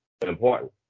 important